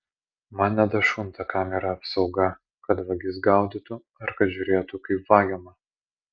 man nedašunta kam yra apsauga kad vagis gaudytų ar kad žiūrėtų kaip vagiama